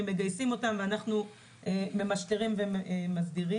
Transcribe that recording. הם מגייסים אותם ואנחנו ממשטרים ומסדירים.